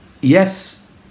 yes